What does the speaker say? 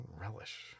relish